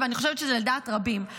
ואני חושבת שזה לדעת רבים,